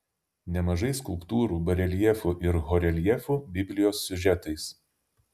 nemažai skulptūrų bareljefų ir horeljefų biblijos siužetais